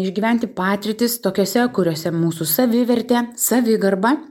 išgyventi patirtis tokiose kuriose mūsų savivertė savigarba